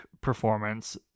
performance